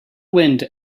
wind